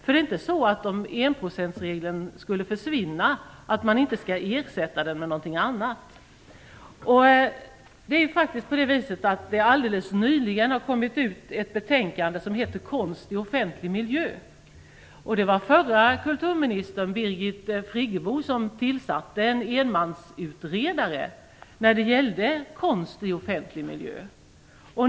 Det är inte så att man inte skulle ersätta enprocentsregeln med någonting annat om den skulle försvinna. Det har alldeles nyligen avgivits ett betänkande som har titeln Konst i offentlig miljö. Det var förra kulturministern Birgit Friggebo som tillsatte en enmansutredare när det gällde konst i offentlig miljö.